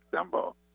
symbol